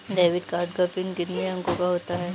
Debit card का PIN कितने अंकों का होता है?